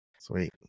sweet